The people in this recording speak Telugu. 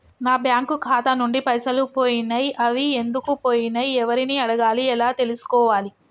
నా బ్యాంకు ఖాతా నుంచి పైసలు పోయినయ్ అవి ఎందుకు పోయినయ్ ఎవరిని అడగాలి ఎలా తెలుసుకోవాలి?